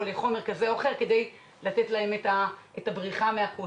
לחומר כזה או אחר כדי לתת להם את הבריחה מהקושי.